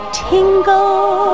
tingle